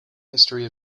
history